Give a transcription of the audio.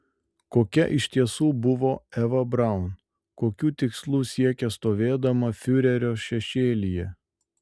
kokia iš tiesų buvo eva braun kokių tikslų siekė stovėdama fiurerio šešėlyje